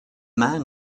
man